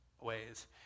ways